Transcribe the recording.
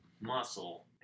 muscle